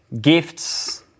gifts